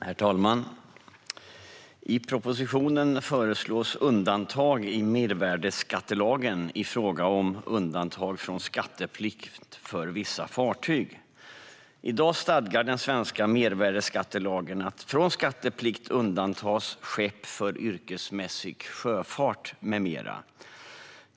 Herr talman! I propositionen föreslås undantag i mervärdesskattelagen i fråga om skatteplikt för vissa fartyg. I dag stadgar den svenska mervärdesskattelagen att från skatteplikt undantas skepp för yrkesmässig sjöfart med mera.